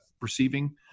receiving